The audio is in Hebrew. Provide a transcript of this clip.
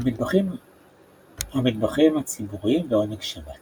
המטבחים הציבוריים ועונג השבת